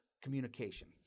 communication